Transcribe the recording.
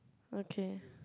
okay